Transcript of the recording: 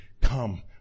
come